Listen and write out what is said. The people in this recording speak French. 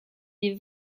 des